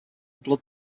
blood